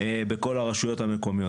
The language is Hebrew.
בכל הרשויות המקומיות.